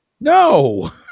No